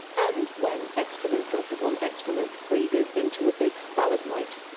and when excrement dropped upon excrement freezes into a big stalagmite,